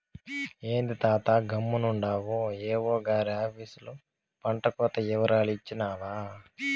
ఏంది తాతా గమ్మునుండావు ఏవో గారి ఆపీసులో పంటకోత ఇవరాలు ఇచ్చినావా